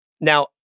Now